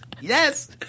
Yes